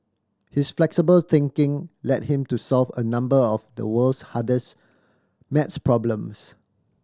his flexible thinking led him to solve a number of the world's hardest maths problems